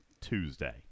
Tuesday